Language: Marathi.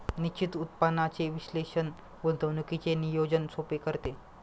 निश्चित उत्पन्नाचे विश्लेषण गुंतवणुकीचे नियोजन सोपे करते